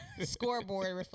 scoreboard